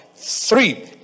Three